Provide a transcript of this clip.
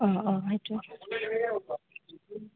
অঁ অঁ সেইটোৱে